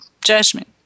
judgment